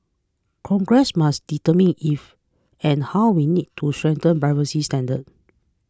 congress must determine if and how we need to strengthen privacy standards